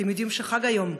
אתם יודעים שחג היום,